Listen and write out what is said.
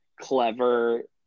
clever